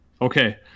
Okay